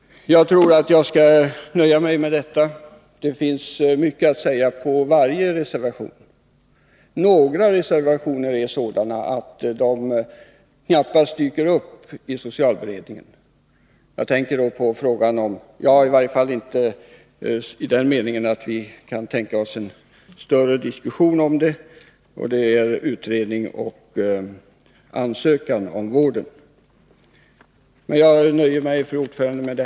Jag nöjer mig med detta. Det finns mycket att säga om varje reservation. Några reservationer är sådana att de knappast dyker upp i socialberedningen, i varje fall inte i den meningen att vi kan tänka oss någon större diskussion om dem. Det gäller främst utredning och ansökan om vård. Fru talman! Jag nöjer mig med dessa ord.